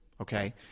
okay